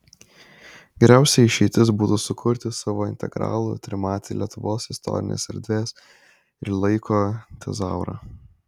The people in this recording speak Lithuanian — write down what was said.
geriausia išeitis būtų sukurti savo integralų trimatį lietuvos istorinės erdvės ir laiko tezaurą